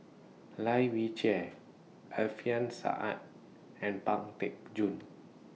Lai Weijie Alfian Sa'at and Pang Teck Joon